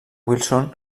wilson